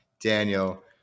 Daniel